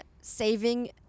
saving